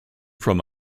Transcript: from